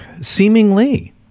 seemingly